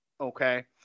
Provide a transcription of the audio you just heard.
Okay